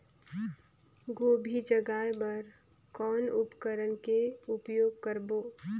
गोभी जगाय बर कौन उपकरण के उपयोग करबो?